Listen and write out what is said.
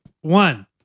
one